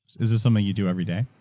is this something you do every day?